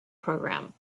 program